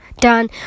done